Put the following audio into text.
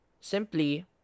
Simply